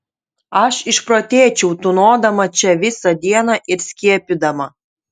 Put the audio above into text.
aš išprotėčiau tūnodama čia visą dieną ir skiepydama